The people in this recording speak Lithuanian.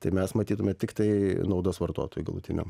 tai mes matytume tiktai naudos vartotojui galutiniam